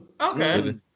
Okay